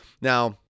Now